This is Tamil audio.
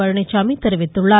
பழனிச்சாமி தெரிவித்துள்ளார்